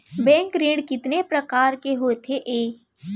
Bank ऋण कितने परकार के होथे ए?